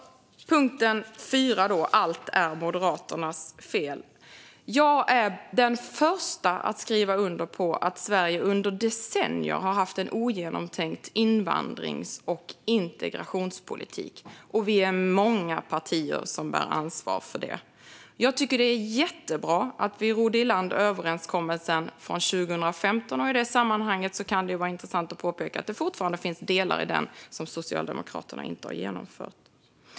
Punkt fyra var att allt är Moderaternas fel. Jag är den första att skriva under på att Sverige under decennier har haft en ogenomtänkt invandrings och integrationspolitik. Vi är många partier som bär ansvar för det. Jag tycker att det är jättebra att vi rodde i land 2015 års överenskommelse. I det sammanhanget kan det vara intressant att påpeka att det fortfarande finns delar i den som Socialdemokraterna inte har genomfört.